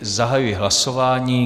Zahajuji hlasování.